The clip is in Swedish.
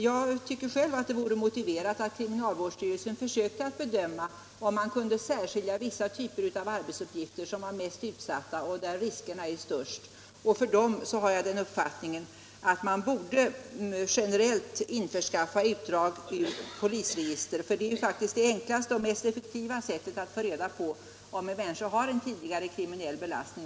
Jag tycker själv att det vore motiverat att kriminalvårdsstyrelsen försökte bedöma om vissa typer av arbetsuppgifter kunde särskiljas, nämligen vilka poster som är mest utsatta och där riskerna är störst. Jag har den uppfattningen att man för dem borde generellt vid tillsättningen införskaffa utdrag ur polisregistret, eftersom det faktiskt är det enklaste och mest effektiva sättet att få reda på om en människa har en tidigare kriminell belastning.